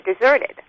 deserted